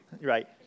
Right